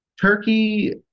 Turkey